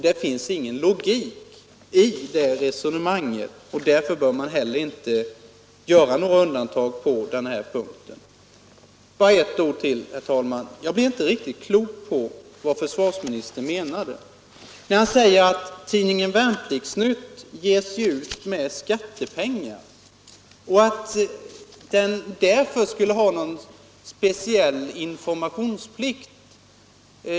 Det finns ingen logik i det resonemanget, och därför bör man heller inte göra några undantag på den här punkten. Bara ett par ord till, herr talman! Jag blir inte riktigt klok på vad försvarsministern menar, när han säger att tidningen Värnplikts-Nytt ges ut med skattepengar och att den därför skulle ha någon speciell informationsplikt.